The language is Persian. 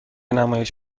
نمایش